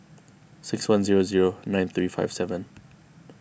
six one zero zero nine three five seven